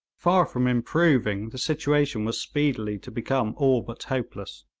far from improving, the situation was speedily to become all but hopeless.